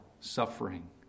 suffering